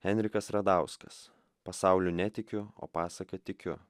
henrikas radauskas pasauliu netikiu o pasaka tikiu